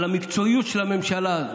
על המקצועיות של הממשלה הזאת,